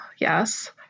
yes